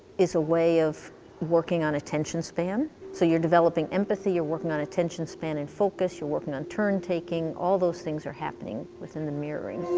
is a way of working on attention span, so you're developing empathy. you're working on attention span, and focus. you're working on turn-taking. all those things are happening within the mirroring.